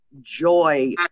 joy